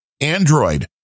android